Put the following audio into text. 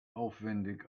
aufwendig